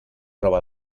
roba